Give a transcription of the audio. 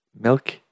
milk